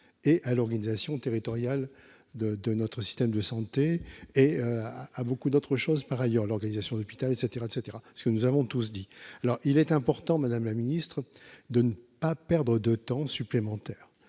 et à l'organisation territoriale de de notre système de santé et à beaucoup d'autres choses, par ailleurs, l'organisation d'hôpital et cetera, et cetera parce que nous avons tous dit, alors il est important Madame la Ministre, de ne pas perdre de temps supplémentaire,